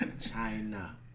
China